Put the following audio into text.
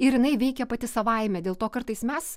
ir jinai veikė pati savaime dėl to kartais mes